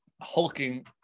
hulking